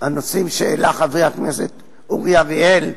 על הנושאים שהעלה חבר הכנסת אורי אריאל,